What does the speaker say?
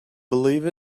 believe